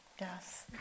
Yes